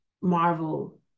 marvel